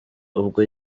ubwo